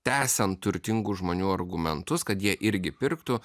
tęsiant turtingų žmonių argumentus kad jie irgi pirktų